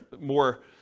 more